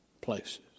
places